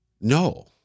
No